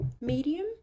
medium